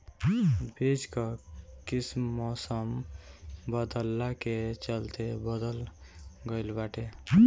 बीज कअ किस्म मौसम बदलला के चलते बदल गइल बाटे